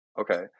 Okay